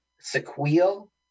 sequel